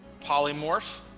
Polymorph